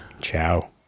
Ciao